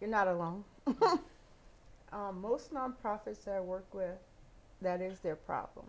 you're not along most nonprofits or work where that is their problem